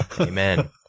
Amen